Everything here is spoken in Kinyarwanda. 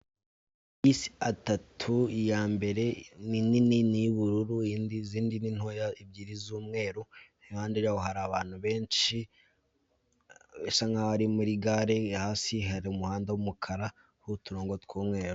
Amabisi atatu: iya mbere ni nini ni iy'ubururu, izindi ni ntoya, ebyiri z'umweru; impande yaho hari abantu benshi, basa nk'aho ari muri gare; hasi hari umuhanda w'umukara w'uturongo tw'umweru.